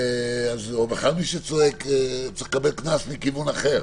או בכלל מי שצועק צריך לקבל קנס מכיוון אחר,